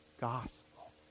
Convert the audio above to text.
gospel